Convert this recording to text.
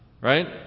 Right